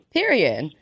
Period